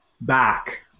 back